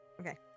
Okay